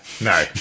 No